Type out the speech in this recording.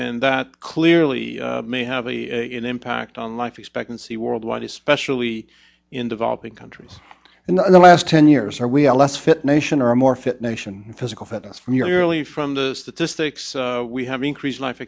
and that clearly may have a in impact on life expectancy worldwide especially in developing countries and the last ten years are we are less fit nation or more fit nation physical fitness merely from the statistics we have increased life